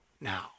now